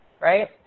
Right